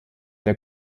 der